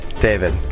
david